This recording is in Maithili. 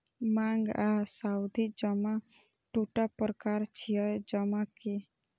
मांग आ सावधि जमा दूटा प्रकार छियै जमा के